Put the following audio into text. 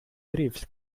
drifts